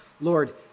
Lord